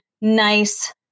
nice